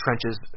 trenches